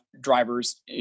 drivers